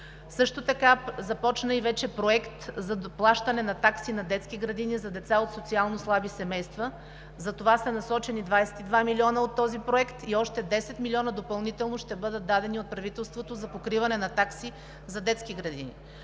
Също така вече започна проект за плащане на такси на детски градини за деца от социално слаби семейства. Затова са насочени 22 милиона от този проект и още 10 милиона допълнително ще бъдат дадени от правителството за покриване на такси за детски градини.